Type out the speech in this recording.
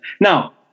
now